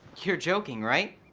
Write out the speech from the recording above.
you're joking, right?